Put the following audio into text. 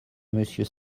monsieur